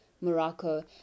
Morocco